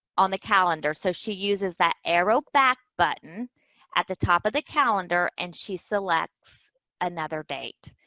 on the calendar. so, she uses that arrow back button at the top of the calendar, and she selects another date.